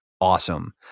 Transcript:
awesome